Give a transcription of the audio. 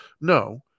No